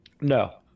No